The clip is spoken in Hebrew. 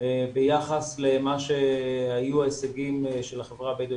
ביחס למה שהיו ההישגים של החברה הבדואית.